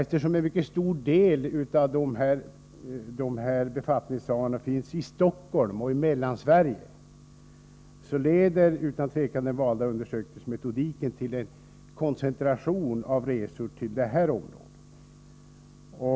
Eftersom en mycket stor del av dessa befattningshavare finns i Stockholm och Mellansverige, leder utan tvivel den valda undersökningsmetodiken till en koncentration av resor till detta område.